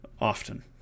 Often